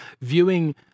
viewing